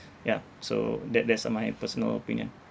ya so that~ that's uh my personal opinion